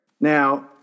Now